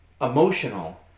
emotional